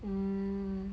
mm